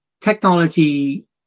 technology